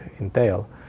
entail